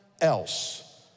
else